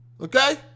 Okay